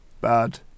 bad